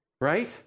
right